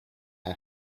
her